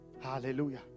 hallelujah